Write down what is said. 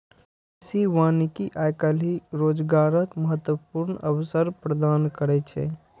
कृषि वानिकी आइ काल्हि रोजगारक महत्वपूर्ण अवसर प्रदान करै छै